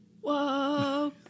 whoa